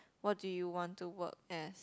what do you want to work as